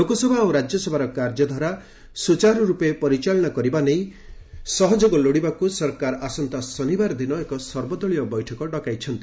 ଲୋକସଭା ଓ ରାଜ୍ୟସଭାର କାର୍ଯ୍ୟଧାରା ସୂଚାରୁ ରୂପେ ପରିଚାଳନା କରିବା ନେଇ ସହଯୋଗ ଲୋଡ଼ିବାକୁ ସରକାର ଆସନ୍ତା ଶନିବାର ଦିନ ଏକ ସର୍ବଦଳୀୟ ବୈଠକ ଡକାଇଛନ୍ତି